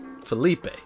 Felipe